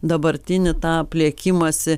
dabartinį tą pliekimąsi